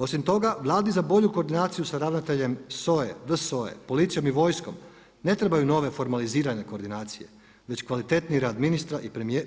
Osim toga, Vladi za bolju koordinaciju sa ravnateljem SOA-e, VSOA-e, policijom i vojskom ne trebaju nove formalizirane koordinacije već kvalitetniji rad